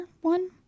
one